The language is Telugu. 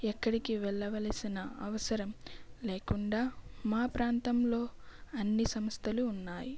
ఎక్కడికి వెళ్ళవలసిన అవసరం లేకుండా మా ప్రాంతంలో అన్ని సంస్థలు ఉన్నాయి